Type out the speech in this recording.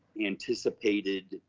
anticipated